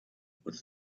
with